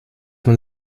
man